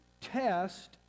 test